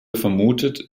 vermutet